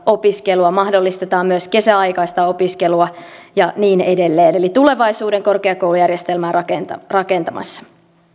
opiskelua mahdollistetaan myös kesäaikaista opiskelua ja niin edelleen eli tulevaisuuden korkeakoulujärjestelmää rakentamassa